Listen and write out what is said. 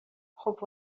خوب